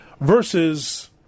versus